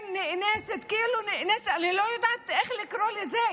בין נאנסות, אני לא יודעת איך לקרוא לזה.